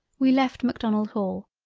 we left macdonald hall,